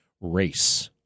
Race